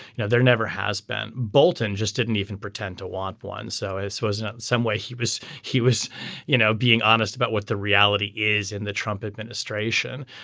you know there never has been. bolton just didn't even pretend to want one. so as was in some way he was he was you know being honest about what the reality is in the trump administration.